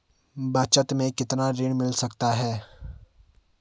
बचत मैं कितना ऋण मिल सकता है?